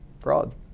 fraud